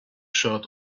shirt